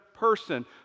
person